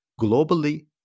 globally